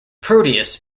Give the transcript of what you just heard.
proteus